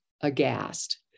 aghast